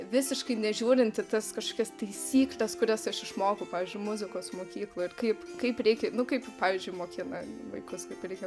visiškai nežiūrint į tas kažkokias taisykles kurias aš išmokau pavyzdžiui muzikos mokykloj ir kaip kaip reikia nu kaip pavyzdžiui mokina vaikus kaip reikia